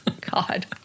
God